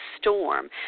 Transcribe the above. Storm